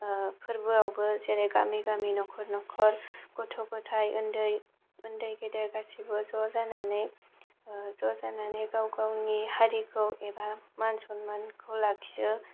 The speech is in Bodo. फोरबोआवबो जेरै गामि गामि न'खर न'खर गथ' गथाय उन्दै उन्दै गेदेर गासैबो ज' जानानै ज' जानानै गावगावनि हारिखौ एबा मान सनमानखौ लाखियो